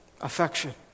Affection